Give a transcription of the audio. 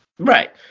right